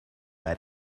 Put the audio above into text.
add